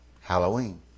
Halloween